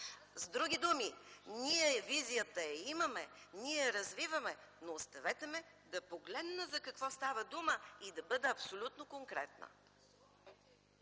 С други думи – ние визията я имаме, ние я развиваме, но оставете ме да погледна, за какво става дума, и да бъда абсолютно конкретна.